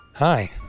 Hi